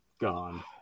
Gone